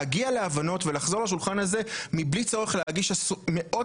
להגיע להבנות ולחזור לשולחן הזה מבלי צורך להגיש מאות